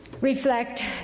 reflect